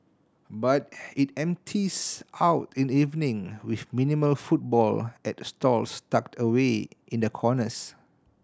but it empties out in the evening with minimal footfall at stalls tucked away in the corners